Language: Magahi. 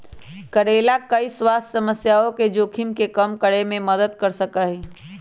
करेला कई स्वास्थ्य समस्याओं के जोखिम के कम करे में मदद कर सका हई